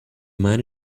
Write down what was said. man